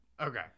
Okay